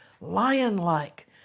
lion-like